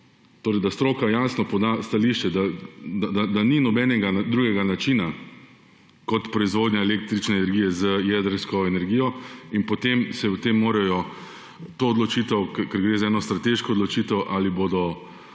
Torej, da stroka jasno poda stališče, da ni nobenega drugega načina kot proizvodnja električne energije z jedrsko energijo, in potem morajo to odločitev, ker gre za eno strateško odločitev, ali bo